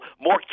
more